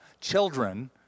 children